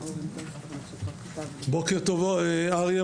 בוקר טוב אריה,